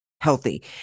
healthy